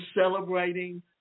celebrating